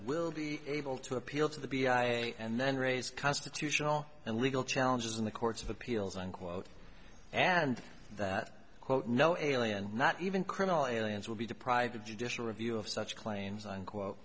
will be able to appeal to the b i and then raise constitutional and legal challenges in the courts of appeals and quote and that quote no alien not even criminal aliens will be deprived of judicial review of such claims unquote